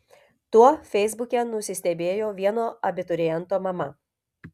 tuo feisbuke nusistebėjo vieno abituriento mama